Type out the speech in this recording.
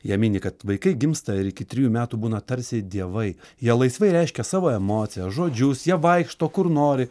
ją mini kad vaikai gimsta ir iki trijų metų būna tarsi dievai jie laisvai reiškia savo emocijas žodžius jie vaikšto kur nori